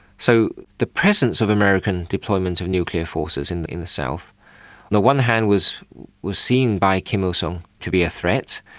so the presence of american deployment of nuclear forces in the in the south on the one hand was was seen by kim il-sung to be a threat,